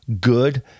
good